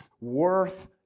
worth